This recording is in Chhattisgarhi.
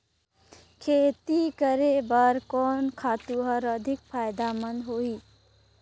खेती करे बर कोन खातु हर अधिक फायदामंद होही?